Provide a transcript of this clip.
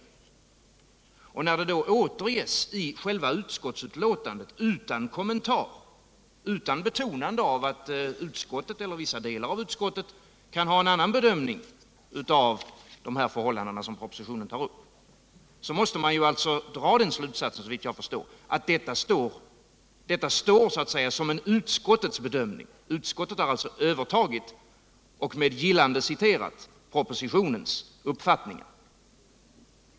När det då återges i själva betänkandet utan kommentar och utan betonande av att utskottet eller vissa delar av utskottet kan ha en annan bedömning av de förhållanden som propositionen tar upp, måste man såvitt jag förstår dra den slutsatsen att detta står så att säga som en utskottets bedömning. Utskottet har alltså övertagit och med gillande citerat propositionens uppfattning.